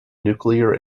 nuclear